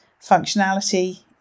functionality